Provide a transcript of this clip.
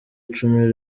icumi